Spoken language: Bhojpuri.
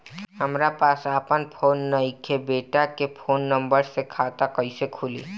हमरा पास आपन फोन नईखे बेटा के फोन नंबर से खाता कइसे खुली?